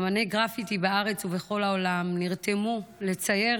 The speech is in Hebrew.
אומני גרפיטי בארץ ובכל העולם נרתמו לצייר